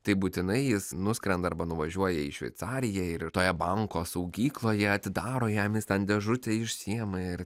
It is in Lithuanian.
tai būtinai jis nuskrenda arba nuvažiuoja į šveicariją ir toje banko saugykloje atidaro jam ten dėžutę išsiima ir